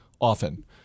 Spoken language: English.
often